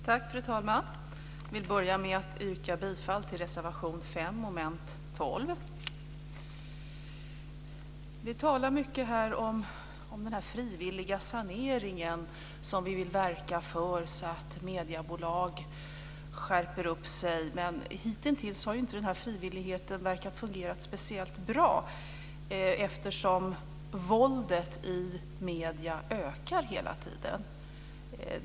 Fru talman! Jag vill börja med att yrka bifall till reservation 5 under mom. 12. Vi talar mycket om den frivilliga sanering som vi vill verka för, så att mediebolag skärper sig. Hittills har denna frivillighet inte verkat fungera speciellt bra, eftersom våldet i medierna ökar hela tiden.